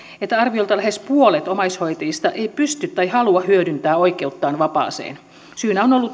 että arviolta lähes puolet omaishoitajista ei pysty tai halua hyödyntää oikeuttaan vapaaseen syynä on ollut